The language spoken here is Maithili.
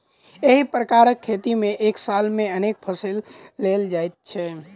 एहि प्रकारक खेती मे एक साल मे अनेक फसिल लेल जाइत छै